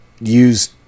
use